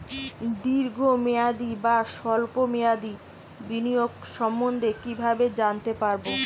দীর্ঘ মেয়াদি বা স্বল্প মেয়াদি বিনিয়োগ সম্বন্ধে কীভাবে জানতে পারবো?